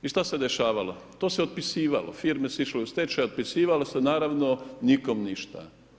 I šta se dešavalo, to se otpisivalo, firme su išle u stečaj, otpisivalo se naravno nikom ništa.